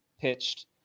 pitched